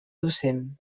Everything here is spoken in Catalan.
docent